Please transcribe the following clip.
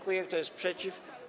Kto jest przeciw?